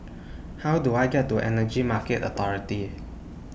How Do I get to Energy Market Authority